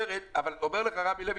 אומר לך רמי לוי,